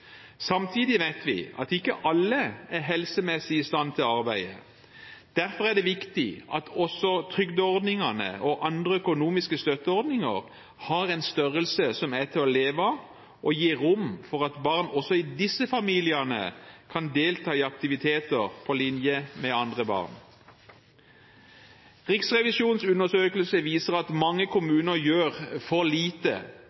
Samtidig vet vi at ikke alle er helsemessig i stand til å arbeide. Derfor er det viktig at også trygdeordningene og andre økonomiske støtteordninger har en størrelse som er til å leve av og gir rom for at barn også i disse familiene kan delta i aktiviteter på linje med andre barn. Riksrevisjonens undersøkelse viser at mange